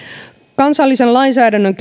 kansallisen lainsäädännön